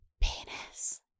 penis